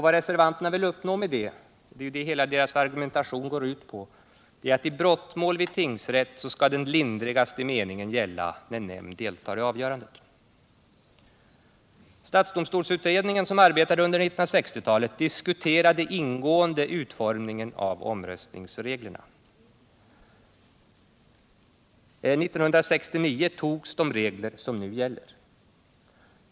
Vad reservanterna vill uppnå med det — och det är det hela deras argumentation går ut på — är att i brottsmål vid tingsrätt skall den lindrigaste meningen gälla, när nämnd deltar i avgörandet. Stadsdomstolsutredningen, som arbetade under 1960-talet, diskuterade ingående utformningen av omröstningsreglerna. År 1969 togs de regler som nu gäller.